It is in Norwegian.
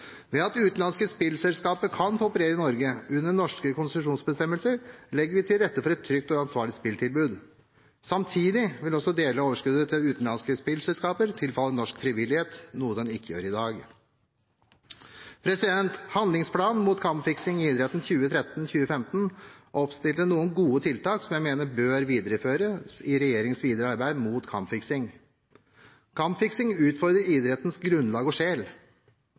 Ved å la utenlandske spillselskaper få operere i Norge under norske konsesjonsbestemmelser legger vi til rette for et trygt og ansvarlig spilltilbud. Samtidig vil også deler av overskuddet til utenlandske spillselskaper tilfalle norsk frivillighet, noe det ikke gjør i dag. Handlingsplanen mot kampfiksing i idretten 2013–2015 inneholdt noen gode tiltak som jeg mener bør videreføres i regjeringens videre arbeid mot kampfiksing. Kampfiksing utfordrer idrettens grunnlag og